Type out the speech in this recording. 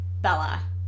Bella